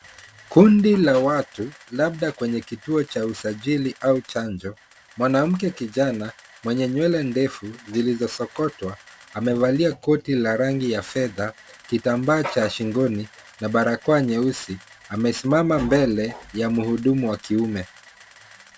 Kundi la watu labda kwenye kituo cha usajili au chanjo, mwanamke kijana mwenye nywele ndefu zilizosokotwa, amevalia koti la rangi ya fedha, kitambaa cha shingoni na barakoa nyeusi, amesimama mbele ya mhudumu wa kiume.